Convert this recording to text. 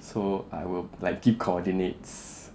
so I will like keep coordinates